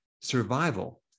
survival